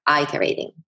iterating